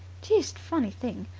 deuced funny thing.